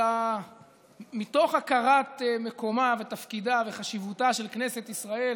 מתוך הכרת מקומה ותפקידה וחשיבותה של כנסת ישראל